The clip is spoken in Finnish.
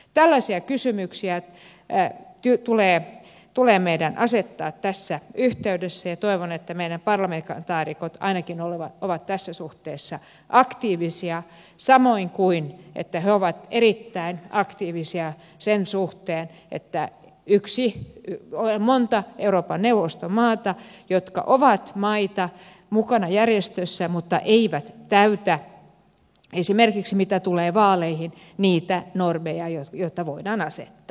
tällaisia kysymyksiä tulee meidän asettaa tässä yhteydessä ja toivon että meidän parlamentaarikkomme ainakin ovat tässä suhteessa aktiivisia samoin että he ovat erittäin aktiivisia sen suhteen että on monta euroopan neuvoston maata jotka ovat maina mukana järjestössä mutta eivät täytä esimerkiksi mitä tulee vaaleihin niitä normeja joita voidaan asettaa